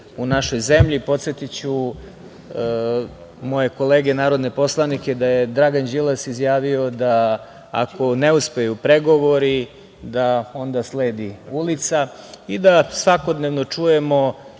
u našoj zemlji, podsetiću moje kolege narodne poslanike da je Dragan Đilas izjavio da ako ne uspeju pregovori da onda sledi ulica i da svakodnevno čujemo